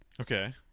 okay